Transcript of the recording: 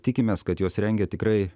tikimės kad juos rengia tikrai